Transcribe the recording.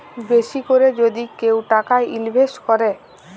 বেশি ক্যরে যদি কেউ টাকা ইলভেস্ট ক্যরে